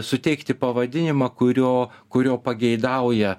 suteikti pavadinimą kurio kurio pageidauja